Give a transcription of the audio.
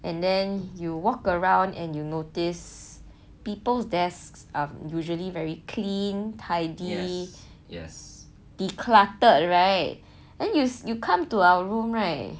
and then you walk around and you'll notice people's desks are usually very clean tidy decluttered right then you come to our room right